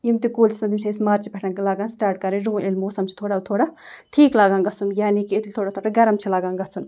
یِم تہِ کُلۍ چھِ آسان تِم چھِ أسۍ مارچہٕ پٮ۪ٹھ لاگان سِٹاٹ کرٕنۍ رُوٕنۍ ییٚلہِ موسَم چھِ تھوڑا تھوڑا ٹھیٖک لاگان گژھُن یعنی کہ یُتھٕے تھوڑا تھوڑا گرم چھِ لاگان گژھُن